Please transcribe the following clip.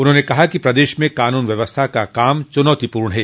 उन्होंने कहा कि प्रदेश में कानून व्यवस्था का कार्य चुनौती पूर्ण है